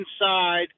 inside